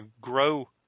grow